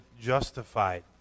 justified